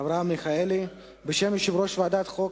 אברהם מיכאלי, בשם יושב-ראש ועדת החוקה,